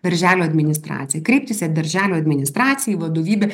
darželio administracija kreiptis į darželio administraciją į vadovybę